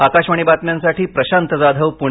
आकाशवाणी बातम्यांसाठी प्रशांत जाधव पुणे